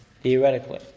theoretically